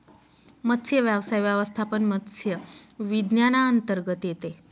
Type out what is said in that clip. मत्स्यव्यवसाय व्यवस्थापन मत्स्य विज्ञानांतर्गत येते